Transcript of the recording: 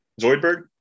Zoidberg